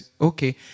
okay